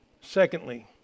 Secondly